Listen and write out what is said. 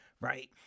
right